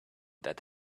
that